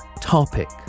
topic